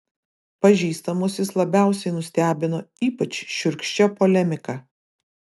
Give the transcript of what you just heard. pažįstamus jis labiausiai nustebino ypač šiurkščia polemika